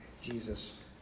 Jesus